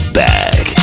back